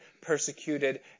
persecuted